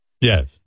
Yes